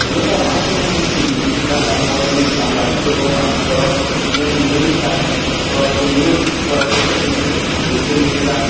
ନେଇ ସାର୍ ଆମର୍ ଯେନ୍ ଇଟା ଆମର୍ ଯେନ୍ ସାମ୍ୱାଦିକ ଅଉଁ ଆମେ ତ ଯେନ୍ ନ୍ୟୁଜ୍ଟା ନେମୁ ତ ସେ ନ୍ୟୁଜ୍ର କେତେ କେତେ ନେବେ ଗୋଟେ ନ୍ୟୁଜ୍ଟା